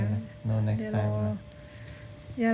then no next time lah